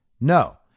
No